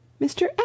Mr